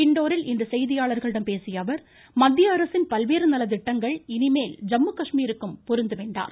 இண்டோரில் இன்று செய்தியாளர்களிடம் பேசியஅவர் மத்தியஅரசின் பல்வேறு நலத்திட்டங்கள் இனிமேல் ஜம்மு காஷ்மீருக்கும் பொருந்தும் என்றார்